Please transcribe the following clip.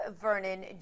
Vernon